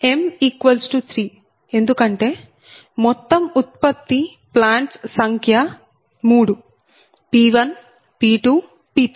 m 3 ఎందుకంటే మొత్తం ఉత్పత్తి ప్లాంట్స్ సంఖ్య 3 P1P2P3